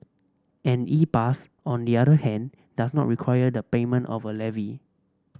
an E pass on the other hand does not require the payment of a levy